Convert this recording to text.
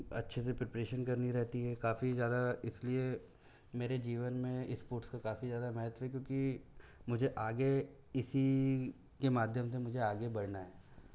अच्छे से प्रिपरेशन करनी रहती है काफ़ी ज़्यादा इसलिए मेरे जीवन में इसपोर्ट का काफ़ी ज़्यादा महत्त्व है क्योंकि मुझे आगे इसी के माध्यम से मुझे आगे बढ़ना है